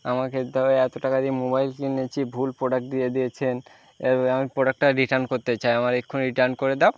আমাকে তবে এত টাকা দিয়ে মোবাইল কিনেছি ভুল প্রোডাক্ট দিয়ে দিয়েছেন এবা আমি প্রোডাক্টটা রিটার্ন করতে চাই আমার এক্ষুনি রিটার্ন করে দাও